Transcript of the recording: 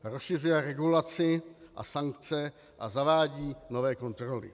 Rozšiřuje regulaci a sankce a zavádí nové kontroly.